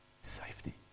Safety